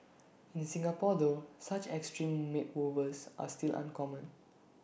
in Singapore though such extreme makeovers are still uncommon